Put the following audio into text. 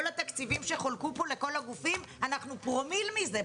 כל התקציבים שחולקו פה לכל הגופים אנחנו פרומיל מזה.